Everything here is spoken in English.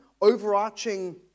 overarching